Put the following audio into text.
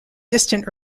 distant